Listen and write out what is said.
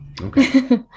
Okay